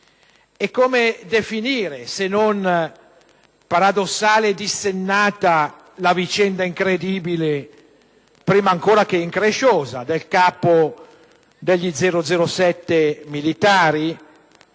Come definire, se non paradossale e dissennata, la vicenda incredibile, prima ancora che incresciosa, del capo degli «007» militari